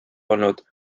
olnud